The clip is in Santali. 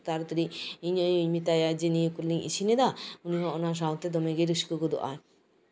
ᱤᱧ ᱦᱚᱸ ᱛᱟᱲᱟᱛᱟᱲᱤ ᱤᱧ ᱟᱭᱳᱧ ᱢᱮᱛᱟᱭᱟ ᱡᱮ ᱱᱤᱭᱟᱹ ᱠᱚ ᱱᱤᱭᱟᱹ ᱠᱚ ᱩᱱᱤ ᱦᱚᱸ ᱚᱱᱟ ᱥᱟᱶᱛᱮ ᱫᱚᱢᱮ ᱜᱮᱭ ᱨᱟᱹᱥᱠᱟᱹᱜ ᱜᱚᱫᱚᱜᱼᱟᱭ